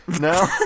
No